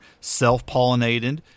self-pollinated